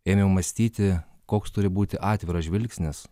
ėmiau mąstyti koks turi būti atviras žvilgsnis